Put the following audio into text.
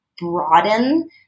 broaden